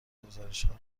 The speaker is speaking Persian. گزارشهای